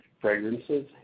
Fragrances